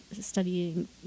studying